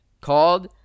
called